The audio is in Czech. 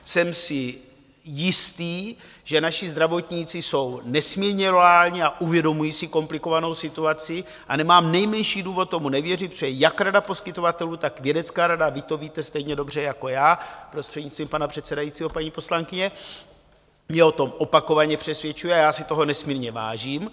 Jsem si jistý, že naši zdravotníci jsou nesmírně loajální a uvědomují si komplikovanou situaci, a nemám nejmenší důvod tomu nevěřit, protože jak rada poskytovatelů, tak vědecká rada vy to víte stejně dobře jako já, prostřednictvím pana předsedajícího, paní poslankyně mě o tom opakovaně přesvědčuje a já si toho nesmírně vážím.